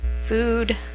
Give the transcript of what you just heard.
food